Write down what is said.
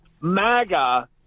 MAGA